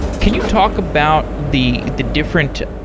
can you talk about the the different,